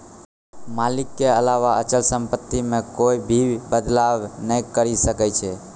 मालिक के अलावा अचल सम्पत्ति मे कोए भी बदलाव नै करी सकै छै